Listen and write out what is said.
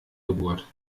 geburt